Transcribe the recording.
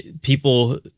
people